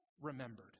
remembered